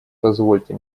позвольте